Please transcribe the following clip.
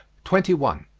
twenty one.